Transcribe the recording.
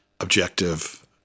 objective